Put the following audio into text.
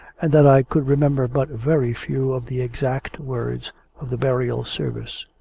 and that i could remember but very few of the exact words of the burial service.